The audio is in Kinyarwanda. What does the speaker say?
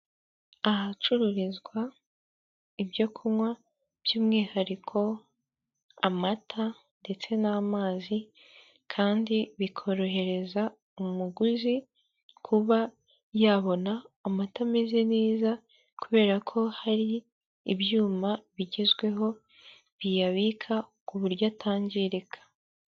Ahacururizwa ibyo kunywa by'umwihariko amata ndetse n'amazi kandi bikorohereza umuguzi, kuba yabona amata ameze neza kubera ko hari ibyuma bigezweho biyabika ku buryo atangirika.